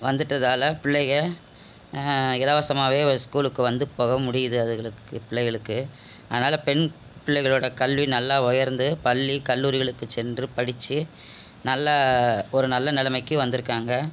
வந்துவிட்டதால பிள்ளைக இலவசமாகவே ஸ்கூலுக்கு வந்து போக முடியுது அதுகளுக்கு பிள்ளைகளுக்கு அதனால பெண் பிள்ளைகளோட கல்வி நல்லா உயர்ந்து பள்ளி கல்லூரிகளுக்கு சென்று படிச்சு நல்ல ஒரு நல்ல நிலமைக்கி வந்துருக்காங்க